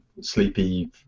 sleepy